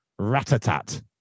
ratatat